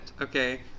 okay